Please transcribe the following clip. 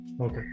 Okay